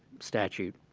statute.